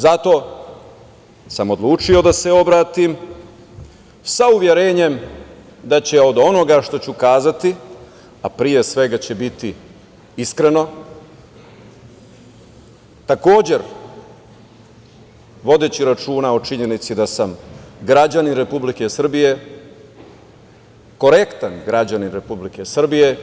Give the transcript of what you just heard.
Zato sam odlučio da se obratim sa uverenjem da će od onoga što ću reći, a pre svega će biti iskreno, takođe vodeći računa o činjenici da sam građanin Republike Srbije, korektan građanin Republike Srbije,